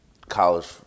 college